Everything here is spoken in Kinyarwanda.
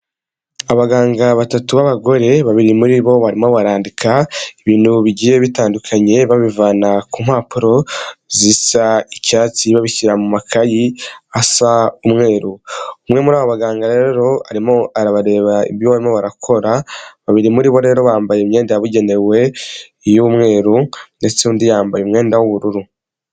Abaganga batatu b'abagore babiri muribo barimo barandika ibintu bigiye bitandukanye babivana kumpapuro zisa icyatsi babishyira mumakayi asa umweru, umwe muri abo baganga rero arimo arabareba ibyo barakora, babiri muribo rero bambaye imyenda yabugenewe y'umweru ndetse undi yambaye umwenda w'ubururu.